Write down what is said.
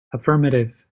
affirmative